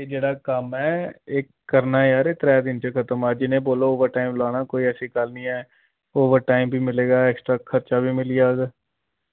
ए जेह्ड़ा कम्म ऐ एह् करना यार त्रै दिन च खत्म अज इनें बोलो ओवरटाइम लाना कोई ऐसी गल्ल निं ऐ ओवरटाइम वी मिलेगा एक्स्ट्रा खर्चा वी मिल्ली जाग